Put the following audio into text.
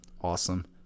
awesome